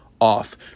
off